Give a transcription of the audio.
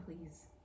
Please